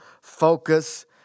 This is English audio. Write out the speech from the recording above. focus